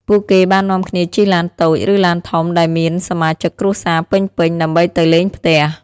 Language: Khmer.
ពួកគេបាននាំគ្នាជិះឡានតូច ឬឡានធំដែលមានសមាជិកគ្រួសារពេញៗ ដើម្បីទៅលេងផ្ទះ។